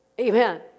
Amen